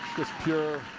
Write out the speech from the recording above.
just pure,